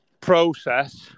process